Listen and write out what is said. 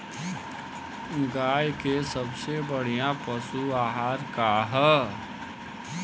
गाय के सबसे बढ़िया पशु आहार का ह?